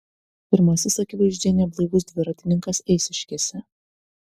pirmasis akivaizdžiai neblaivus dviratininkas eišiškėse